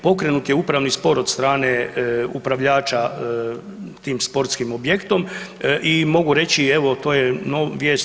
Pokrenut je upravni spor od strane upravljača tim sportskim objektom i mogu reći evo to je vijest.